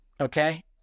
okay